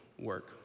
work